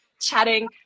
chatting